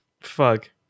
Fuck